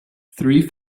three